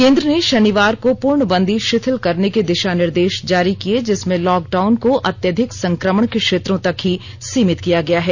केंद्र ने शनिवार को पूर्णबंदी शिथिल करने के दिशा निर्देश जारी किए जिसमें लॉकडाउन को अत्यधिक संक्रमण के क्षेत्रों तक ही सीमित किया गया है